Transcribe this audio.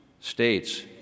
states